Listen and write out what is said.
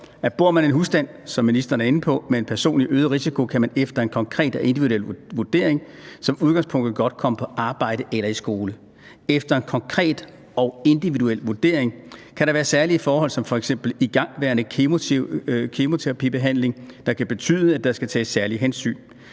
er inde på, med en person i øget risiko, kan man efter en konkret og individuel vurdering som udgangspunkt godt komme på arbejde eller i skole. Efter en konkret og individuel vurdering kan der være særlige forhold som f.eks. igangværende kemoterapibehandling, der kan betyde, at der skal tages særlige hensyn.